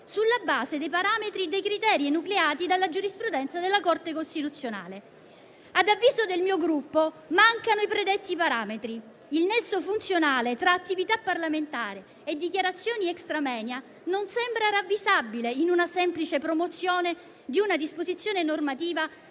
sulla base dei parametri e dei criteri enucleati dalla giurisprudenza della Corte costituzionale. Ad avviso del mio Gruppo, mancano i predetti parametri, il nesso funzionale tra attività parlamentare e dichiarazioni *extra moenia* non sembra ravvisabile in una semplice promozione di una disposizione normativa